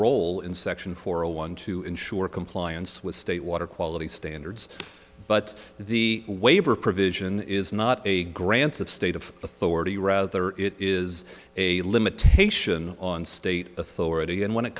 role in section four a one to ensure compliance with state water quality standards but the waiver provision is not a grant of state of authority rather it is a limitation on state authority and when it